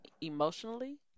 emotionally